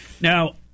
Now